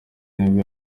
nibwo